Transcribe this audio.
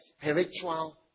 spiritual